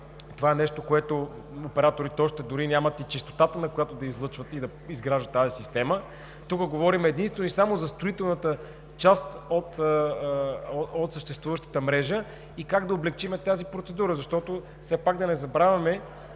тепърва предстои, операторите още дори нямат и честотата, на която да излъчват и да изграждат тази система. Тук говорим единствено и само за строителната част от съществуващата мрежа и как да облекчим тази процедура. Все пак да не забравяме,